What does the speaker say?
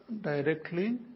directly